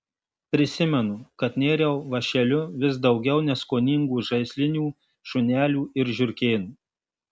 prisimenu kad nėriau vąšeliu vis daugiau neskoningų žaislinių šunelių ir žiurkėnų